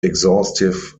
exhaustive